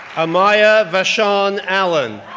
amaya vashon allen,